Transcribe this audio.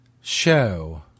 show